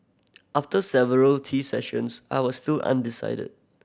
after several tea sessions I was still undecided